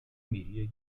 media